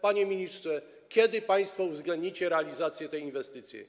Panie ministrze, kiedy państwo uwzględnicie realizację tej inwestycji?